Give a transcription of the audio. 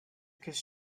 could